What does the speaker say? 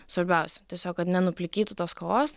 svarbiausia tiesiog kad nenuplikytų tos kavos